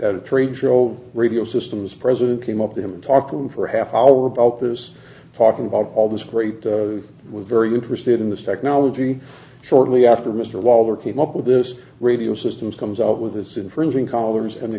at a trade show radio systems president came up to him and talk to him for half an hour about there's talking about all this great we're very interested in this technology shortly after mr waller came up with this radio systems comes out with this infringing collars and